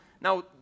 now